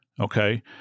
okay